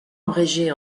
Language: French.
abrégé